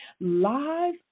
live